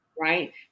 Right